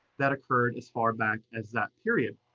that occurred as far back as that period.